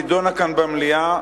נדונה כאן במליאה,